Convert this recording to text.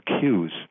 cues